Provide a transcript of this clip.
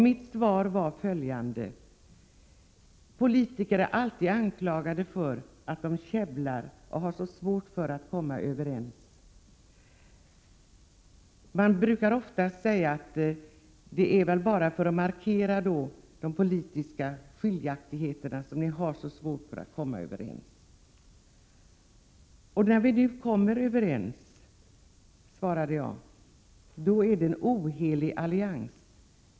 Jag svarade att politiker alltid är anklagade för att käbbla och ha svårt för att komma överens. Ofta sägs att det bara är för att markera de politiska skiljaktigheterna som vi politiker skulle ha så svårt för att komma överens — men när vi nu kommer överens, då kallas det för en ohelig allians.